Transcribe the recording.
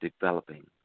developing